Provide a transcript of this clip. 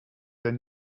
their